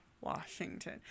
Washington